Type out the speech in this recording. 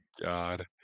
God